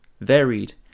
varied